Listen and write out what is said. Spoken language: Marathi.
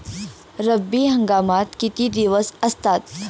रब्बी हंगामात किती दिवस असतात?